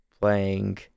playing